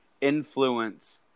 influence